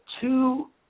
two